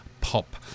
pop